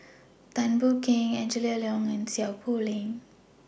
Tan Boon Teik Angela Liong and Seow Poh Leng